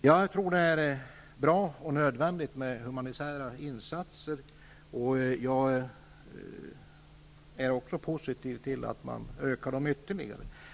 Jag tror att det är bra och nödvändigt med humanitära insatser, och jag är även positiv till att insatserna ökas ytterligare.